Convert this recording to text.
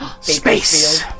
Space